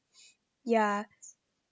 yeah